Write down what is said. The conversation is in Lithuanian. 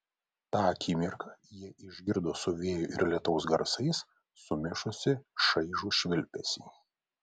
tą akimirką jie išgirdo su vėjo ir lietaus garsais sumišusį šaižų švilpesį